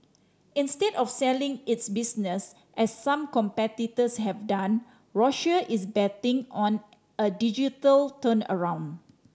instead of selling its business as some competitors have done Roche is betting on a digital turnaround